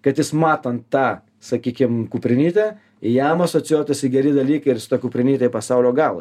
kad jis matant tą sakykim kuprinytę jam asocijuotųsi geri dalykai ir su ta kuprinyte į pasaulio galą